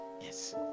yes